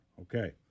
Okay